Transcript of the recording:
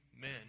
men